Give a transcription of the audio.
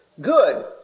good